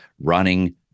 running